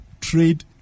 trade